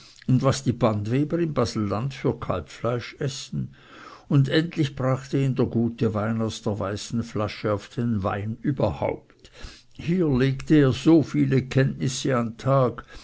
und was die bandweber in baselland für kalbfleisch essen und endlich brachte ihn der gute wein aus der weißen flasche auf den wein überhaupt hier legte er so viele kenntnisse an tag